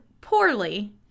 poorly